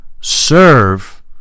serve